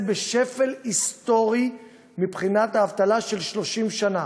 בשפל היסטורי מבחינת האבטלה של 30 שנה,